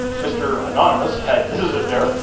mr. anonymous had visited there,